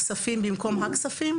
הידיעה, ולרשום: "כספים" במקום "הכספים"?